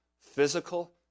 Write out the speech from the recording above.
physical